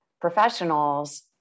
professionals